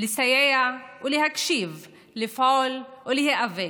לסייע, להקשיב, לפעול ולהיאבק,